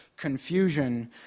confusion